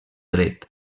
dret